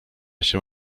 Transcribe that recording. się